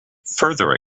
further